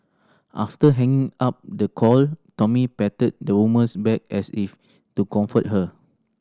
after hanging up the call Tommy patted the woman's back as if to comfort her